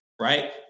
Right